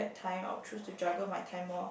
time I will choose to juggle my time more